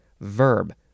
Verb